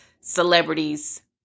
celebrities